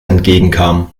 entgegenkam